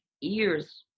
years